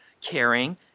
caring